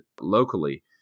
locally